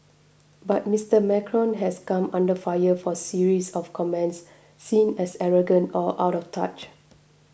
but Mister Macron has come under fire for series of comments seen as arrogant or out of touch